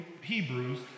Hebrews